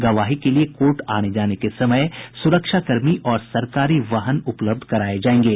गवाही के लिए कोर्ट आने जाने के समय सुरक्षाकर्मी और सरकारी वाहन उपलब्ध भी कराये जायेंगे